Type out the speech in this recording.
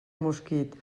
mosquit